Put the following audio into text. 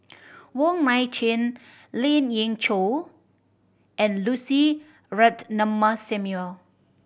Wong Nai Chin Lien Ying Chow and Lucy Ratnammah Samuel